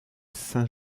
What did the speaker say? saint